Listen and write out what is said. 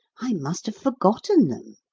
i must have forgotten them.